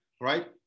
right